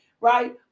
right